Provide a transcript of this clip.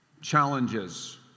challenges